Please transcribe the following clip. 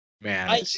Man